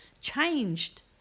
changed